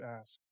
ask